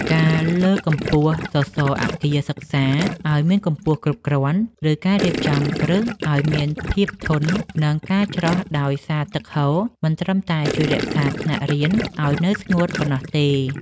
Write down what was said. ការលើកកម្ពស់សសរអគារសិក្សាឱ្យមានកម្ពស់គ្រប់គ្រាន់ ឬការរៀបចំគ្រឹះឱ្យមានភាពធន់នឹងការច្រោះដោយសារទឹកហូរ មិនត្រឹមតែជួយរក្សាថ្នាក់រៀនឱ្យនៅស្ងួតប៉ុណ្ណោះទេ។